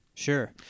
Sure